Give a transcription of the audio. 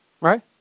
Right